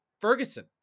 ferguson